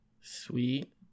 Sweet